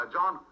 John